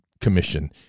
commission